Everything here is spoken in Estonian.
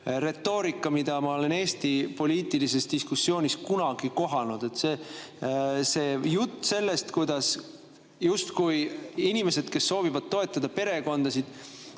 retoorika, mida ma olen Eesti poliitilises diskussioonis kunagi kohanud. Jutt sellest, justkui inimesed, kes soovivad toetada perekondasid,